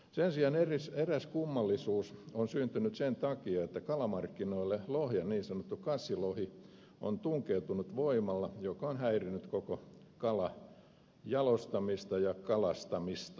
sen sijaan eräs kummallisuus on syntynyt sen takia että kalamarkkinoille niin sanottu kassilohi on tunkeutunut voimalla joka on häirinnyt koko kalanjalostamista ja kalastamista